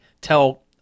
tell